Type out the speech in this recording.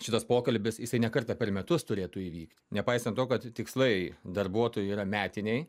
šitas pokalbis jisai ne kartą per metus turėtų įvykt nepaisant to kad tikslai darbuotojui yra metiniai